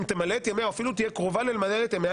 אם תמלא את ימיה או אפילו תהיה קרובה למלא את ימיה,